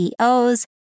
CEOs